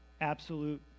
absolute